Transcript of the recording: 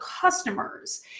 customers